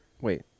Wait